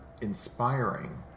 inspiring